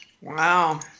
Wow